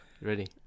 Ready